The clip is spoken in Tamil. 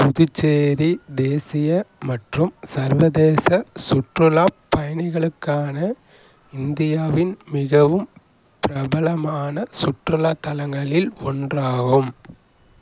புதுச்சேரி தேசிய மற்றும் சர்வதேச சுற்றுலாப் பயணிகளுக்கான இந்தியாவின் மிகவும் பிரபலமான சுற்றுலாத் தலங்களில் ஒன்றாகும்